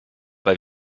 bei